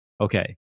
okay